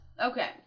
Okay